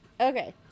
Okay